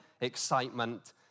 excitement